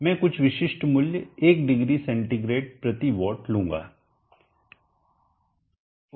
मैं कुछ विशिष्ट मूल्य 10CW लूंगा